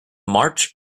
march